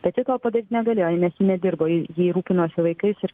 bet ji to padaryti negalėjo nes ji nedirbo ji ji rūpinosi vaikais ir